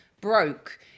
broke